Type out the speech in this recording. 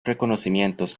reconocimientos